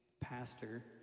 pastor